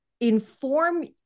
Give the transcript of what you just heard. inform